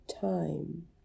time